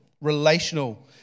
Relational